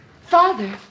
Father